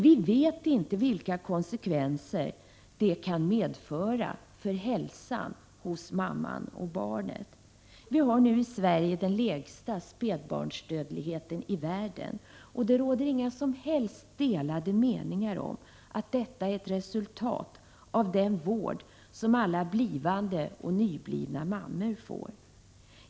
Vi vet inte vilka konsekvenser den tidigare hemgången kommer att få för hälsan hos mamman och barnet. Vi har nu i Sverige den lägsta spädbarnsdödligheten i världen. Det råder inga delade meningar om att detta är ett resultat av den vård som alla blivande och nyblivna mammor får.